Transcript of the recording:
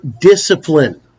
discipline